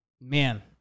Man